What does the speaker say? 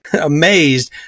amazed